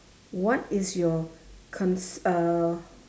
what is your cons~ uh